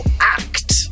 act